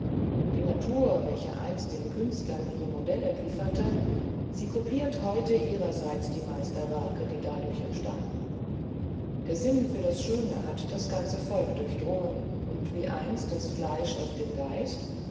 die natur welche einst den künstlern ihre modelle lieferte sie kopiert heute ihrerseits die meisterwerke die dadurch entstanden der sinn für das schöne hat das ganze volk durchdrungen und wie einst das fleisch auf den geist